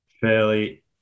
fairly